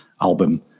album